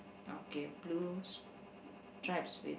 okay blue stripes with